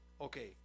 okay